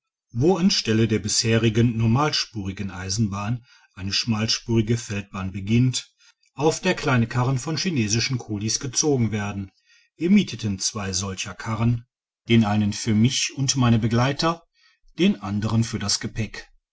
wo an stelle der bisherigen normalspurigen eisenbahn eine schmalspurige feldbahn beginnt auf der kleine karren von chinesischen kulis gezogen werden wir mieteten zwei solcher karren digitized by google den einen für mich und meine begleiter den anderen für das gepäck